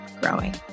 growing